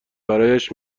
برایش